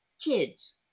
kids